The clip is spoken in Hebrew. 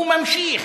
והוא ממשיך.